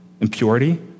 impurity